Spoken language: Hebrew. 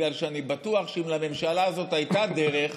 כי אני בטוח שאם לממשלה הזאת הייתה דרך,